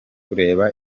kureba